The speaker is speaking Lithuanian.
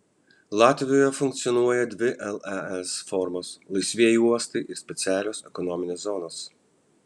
latvijoje funkcionuoja dvi lez formos laisvieji uostai ir specialios ekonominės zonos